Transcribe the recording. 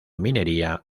minería